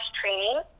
training